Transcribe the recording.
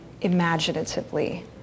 imaginatively